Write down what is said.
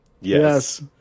Yes